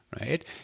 right